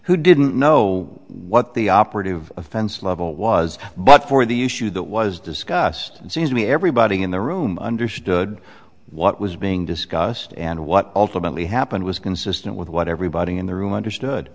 who didn't know what the operative offense level was but for the issue that was discussed it seems to me everybody in the room understood what was being discussed and what ultimately happened was consistent with what everybody in the room understood